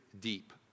deep